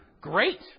great